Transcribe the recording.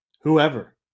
whoever